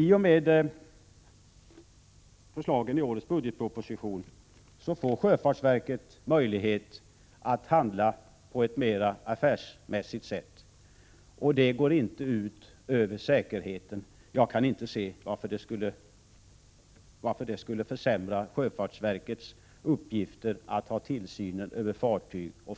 I och med förslagen i årets budgetproposition får sjöfartsverket möjlighet att handla på ett mera affärsmässigt sätt, utan att det går ut över säkerheten. Jag kan inte se varför det skulle försämra sjöfartsverkets uppgifter att